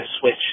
switch